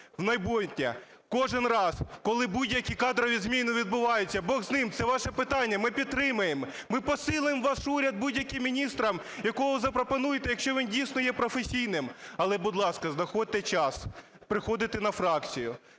майбутнє: кожен раз, коли будь-які кадрові зміни відбуваються… Бог з ним, це ваше питання, ми підтримаємо, ми посилимо ваш уряд будь-яким міністром, якого запропонуєте, якщо він дійсно є професійним, але, будь ласка, знаходьте час приходити на фракцію,